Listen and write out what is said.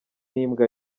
imbwa